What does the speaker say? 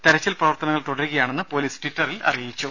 തെരച്ചിൽ പ്രവർത്തനങ്ങൾ തുടരുകയാണെന്ന് പൊലീസ് ട്വിറ്ററിൽ അറിയിച്ചു